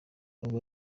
abo